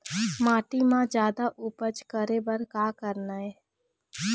माटी म जादा उपज करे बर का करना ये?